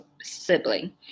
sibling